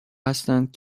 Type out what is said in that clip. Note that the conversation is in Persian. هستند